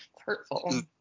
hurtful